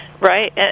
Right